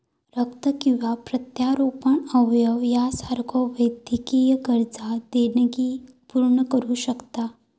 रक्त किंवा प्रत्यारोपण अवयव यासारख्यो वैद्यकीय गरजा देणगी पूर्ण करू शकता